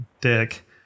dick